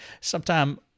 sometime